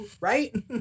right